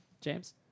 James